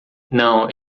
não